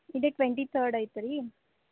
ಇದೆ twenty third ಐತ್ರಿ